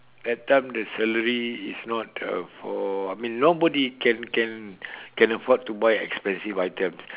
that time the salary is not afford I mean nobody can can can afford to buy expensive items